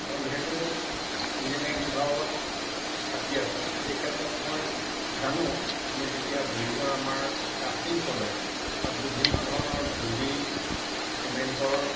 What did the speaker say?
মই যিহেতু ইঞ্জিনিয়াৰীং বিভাগত খাটি আছোঁ এই ক্ষেত্ৰত মই জানো আমি আমাৰ যেতিয়া ব্ৰিজত আমাৰ কাষ্টিং চলে তাত বিভিন্ন ধৰণৰ ধূলি চিমেণ্টৰ